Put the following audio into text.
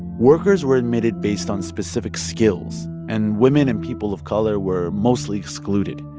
workers were admitted based on specific skills, and women and people of color were mostly excluded.